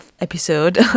episode